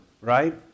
right